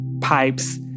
pipes